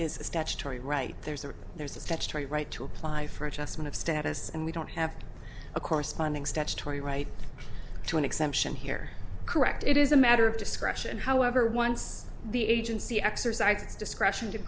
a statutory right there's or there's a statutory right to apply for adjustment of status and we don't have a corresponding statutory right to an exemption here correct it is a matter of discretion however once the agency exercised its discretion to